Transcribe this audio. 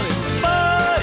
Bye